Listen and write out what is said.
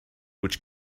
which